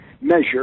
measure